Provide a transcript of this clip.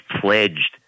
pledged